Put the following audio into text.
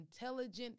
intelligent